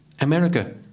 America